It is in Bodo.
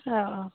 अ अ